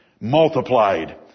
multiplied